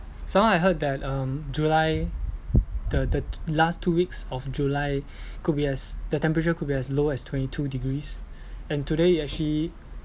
some more I heard that um july the the last two weeks of july could be as the temperature could be as low as twenty two degrees and today it actually